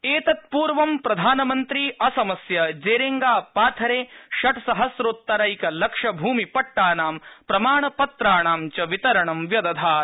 एतत्पूर्व प्रधानमन्त्री असमस्य जेरेङ्गापाथरे षट्सहस्रोतैरेकलक्ष भूमि पट्टानां प्रमाणपत्राणां च वितरणं व्यदधात्